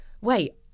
wait